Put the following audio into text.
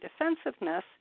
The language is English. defensiveness